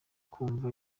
kumva